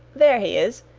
there he is.